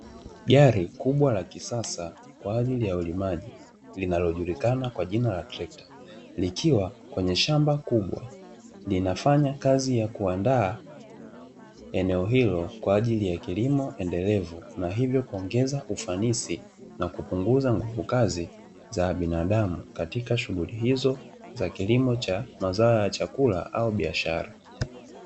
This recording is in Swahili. Gari kubwa la kisasa kwa ajili ya ulimaji linalojulikana kwa jina la trekta likiwa linafanya kazi ya kuandaa eneo hilo kwa ajili ya kilimo endelevu, kuongeza ufanisi na kupunguza nguvu kazi za binadamu katika shughuli hizo za kuongeza kilimo cha biashara.